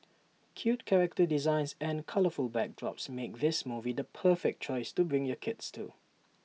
cute character designs and colourful backdrops make this movie the perfect choice to bring your kids to